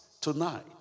tonight